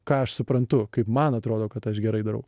ką aš suprantu kaip man atrodo kad aš gerai darau